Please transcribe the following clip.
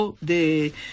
de